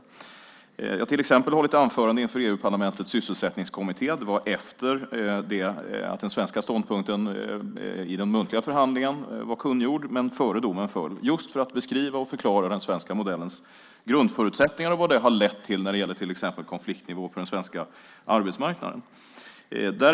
Jag har till exempel hållit anföranden inför EU-parlamentets sysselsättningskommitté - det var efter att den svenska ståndpunkten i den muntliga förhandlingen var kungjord men innan domen föll - just för att beskriva och förklara den svenska modellens grundförutsättningar och vad det har lett till när det gäller till exempel konfliktnivå på den svenska arbetsmarknaden.